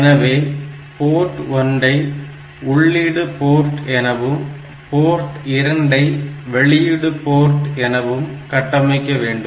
எனவே போர்ட் 1 ஐ உள்ளீடு போர்ட் எனவும் போர்ட் 2 ஐ வெளியீடு போர்ட் எனவும் கட்டமைக்க வேண்டும்